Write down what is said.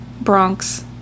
Bronx